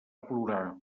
plorar